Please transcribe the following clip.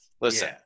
Listen